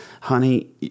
Honey